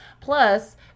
plus